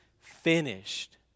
finished